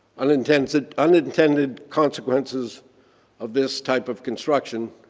unintended unintended consequences of this type of construction,